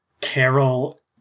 Carol